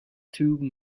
tube